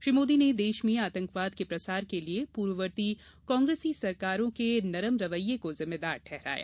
श्री मोदी ने देश में आतंकवाद के प्रसार के लिये पूर्ववर्ती कांग्रेसी सरकारों के नरम रवैये को जिम्मेदार ठहराया